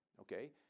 Okay